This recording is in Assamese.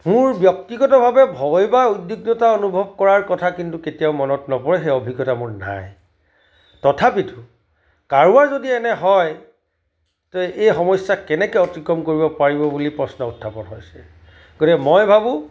মোৰ ব্যক্তিগতভাৱে ভয় বা উদ্বিগ্নতাৰ অনুভৱ কৰাৰ কথা কিন্তু কেতিয়াও মনত নপৰে সেই অভিজ্ঞতা মোৰ নাই তথাপিতো কাৰোবাৰ যদি এনে হয় তো এই সমস্যা কেনেকৈ অতিক্ৰম কৰিব পাৰিব বুলি প্ৰশ্ন উত্থাপন হৈছে গতিকে মই ভাবোঁ